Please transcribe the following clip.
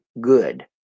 good